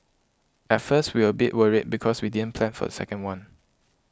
at first we were a bit worried because we didn't plan for the second one